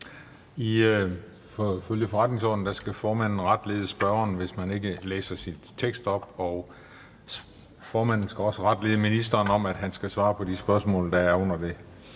Ifølge forretningsordenen skal formanden retlede spørgeren, hvis man ikke læser sin tekst op, og formanden skal også retlede ministeren om, at han skal svare på de spørgsmål, der er under det